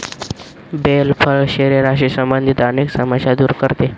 bell फळ शरीराशी संबंधित अनेक समस्या दूर करते